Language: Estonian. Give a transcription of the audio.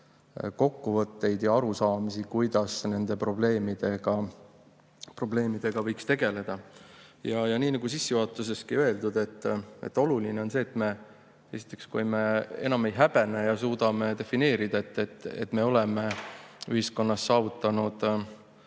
kokkuvõtteid ja arusaamisi, kuidas nende probleemidega võiks tegeleda. Nii nagu sissejuhatuseski öeldud, oluline on see, et me esiteks enam ei häbene ja suudame defineerida, et me oleme ühiskonnas saavutanud